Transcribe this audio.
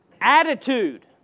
Attitude